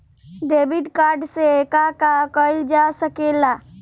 Debit card से का का कइल जा सके ला?